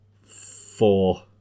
Four